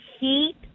heat